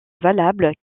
valable